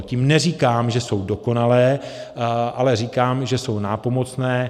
Tím neříkám, že jsou dokonalé, ale říkám, že jsou nápomocné.